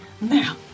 now